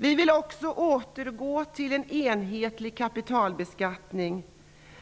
Vi vill också återgå till en enhetlig kapitalbeskattning,